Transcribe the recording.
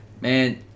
Man